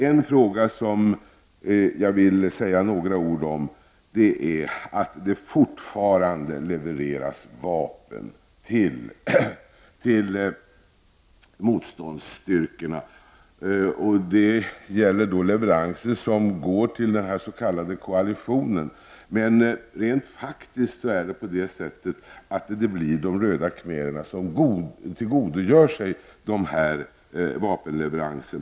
En fråga jag vill säga några ord om är att det fortfarande levereras vapen till motståndsstyrkorna. Det gäller leveranser som går till den s.k. koalitionen, men rent faktiskt är det de röda khmererna som tillgodogör sig dessa vapenleveranser.